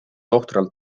ohtralt